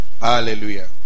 hallelujah